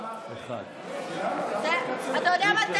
אתה יודע מה?